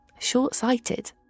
short-sighted